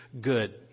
good